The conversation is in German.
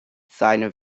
seine